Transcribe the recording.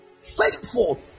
faithful